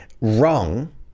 wrong